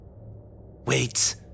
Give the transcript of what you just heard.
Wait